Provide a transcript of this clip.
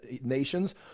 nations